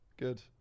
Good